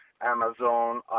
Amazon